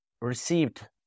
received